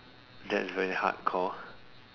that's very hardcore